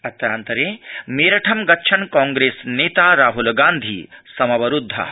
अत्रान्तरे मेरठं गच्छन् कांग्रेस नेता राहल गान्ध समवरुदधः